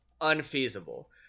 unfeasible